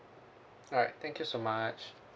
alright thank you so much